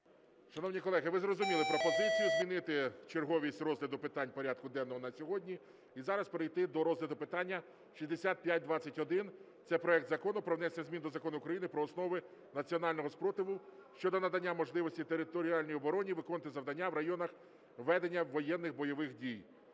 Шановні колеги, ви зрозуміли пропозицію: змінити черговість розгляду питань порядку денного на сьогодні і зараз перейти до розгляду питання 6521 – це проект Закону про внесення змін до Закону України "Про основи національного спротиву" щодо надання можливості територіальній обороні виконувати завдання в районах ведення воєнних (бойових) дій.